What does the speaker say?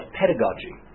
pedagogy